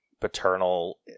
paternal